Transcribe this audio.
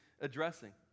addressing